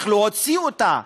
איך להוציא אותה?